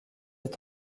est